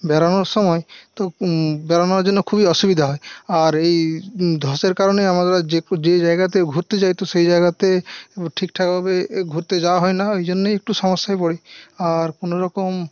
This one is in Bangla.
বেড়ানোর সময় তো বেড়ানোর জন্য খুবই অসুবিধা হয় আর এই ধ্বসের কারণে আমরা যে জায়গাতে ঘুরতে যাই তো সেই জায়গাতে ঠিকঠাকভাবে ঘুরতে যাওয়া হয় না এইজন্যই একটু সমস্যায় পড়ি আর কোনরকম